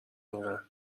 اینقدر